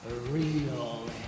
real